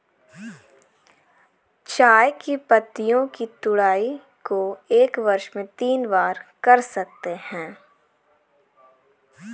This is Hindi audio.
चाय की पत्तियों की तुड़ाई को एक वर्ष में तीन बार कर सकते है